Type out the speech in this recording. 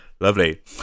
Lovely